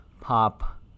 pop